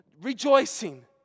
Rejoicing